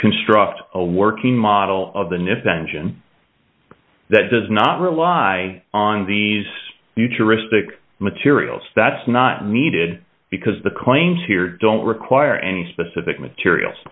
construct a working model of the nif benjamin that does not rely on these new touristic materials that's not needed because the claims here don't require any specific materials